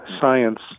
science